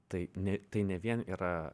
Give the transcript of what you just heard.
tai ne tai ne vien yra